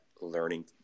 learning